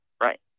right